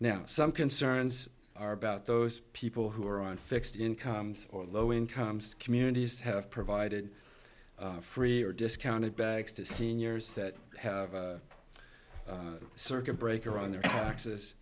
now some concerns are about those people who are on fixed incomes or low incomes communities have provided free or discounted bags to seniors that have a circuit breaker on their taxes